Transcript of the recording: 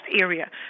area